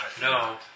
No